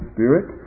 Spirit